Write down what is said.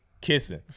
kissing